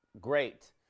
great